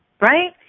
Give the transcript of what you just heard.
Right